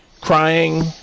Crying